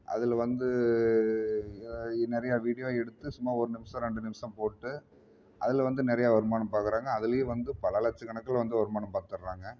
அதில் வந்து நிறையா வீடியோ எடுத்து சும்மா ஒரு நிமிஷம் ரெண்டு நிமிஷம் போட்டு அதில் வந்து நிறையா வருமானம் பார்க்குறாங்க அதுலேயே வந்து பல லட்சக் கணக்கில் வந்து வருமானம் பாத்துர்றாங்க